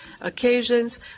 occasions